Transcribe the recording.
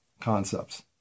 concepts